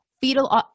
Fetal